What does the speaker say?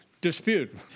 dispute